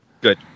Good